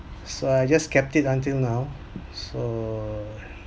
so I just kept it until now so